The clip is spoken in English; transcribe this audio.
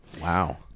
Wow